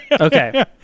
Okay